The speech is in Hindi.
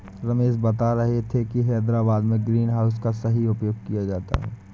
रमेश बता रहे थे कि हैदराबाद में ग्रीन हाउस का सही उपयोग किया जाता है